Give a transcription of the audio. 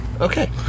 Okay